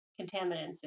contaminants